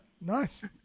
nice